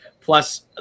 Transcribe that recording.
plus